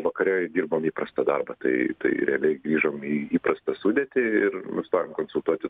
vakare dirbom įprastą darbą tai tai realiai grįžom į įprastą sudėtį ir vis dar konsultuoti